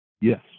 Yes